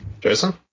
Jason